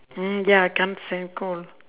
mm ya can't stand cold